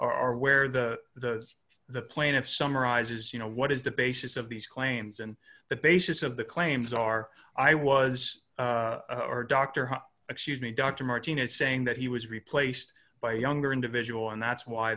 are where the the plaintiff summarizes you know what is the basis of these claims and the basis of the claims are i was or dr hot excuse me dr martinez saying that he was replaced by a younger individual and that's why